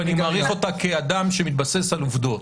ואני מעריך אותה כאדם שמתבסס על עובדות.